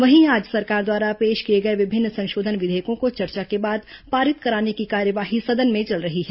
वहीं आज सरकार द्वारा पेश किए गए विभिन्न संशोधन विधेयकों को चर्चा के बाद पारित कराने की कार्यवाही सदन में चल रही है